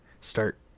start